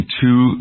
two